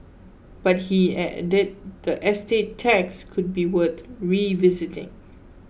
but he added that estate tax could be worth revisiting